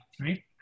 right